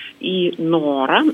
į norą